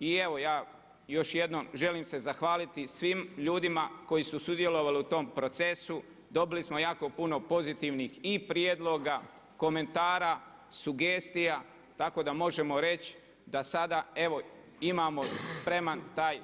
I evo ja još jednom želim se zahvaliti svim ljudima koji su sudjelovali u tom procesu, dobili smo jako puno pozitivnih i prijedloga, komentara, sugestija, tako da možemo reći da sada imamo spremam taj